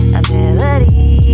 ability